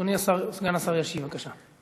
אדוני סגן השר ישיב, בבקשה.